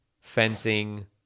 fencing